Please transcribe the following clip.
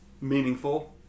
meaningful